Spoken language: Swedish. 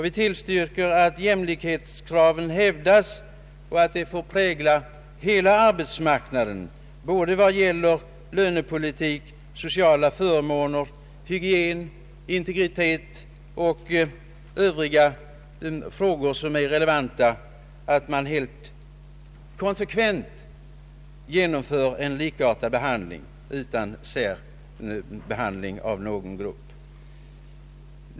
Vi understryker att jämlikhetskravet skall hävdas och att det får prägla hela arbetsmarknaden, i lönepolitik, sociala förmåner, hygien, integritet och övriga frågor som är relevanta och att man konsekvent genomför de sociala villkoren utan särbehandling av någon grupp.